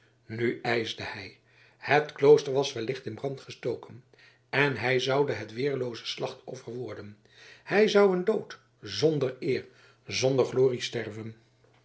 nu ijsde hij het klooster was wellicht in brand gestoken en hij zoude het weerlooze slachtoffer worden hij zou een dood zonder eer zonder glorie sterven